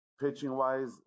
Pitching-wise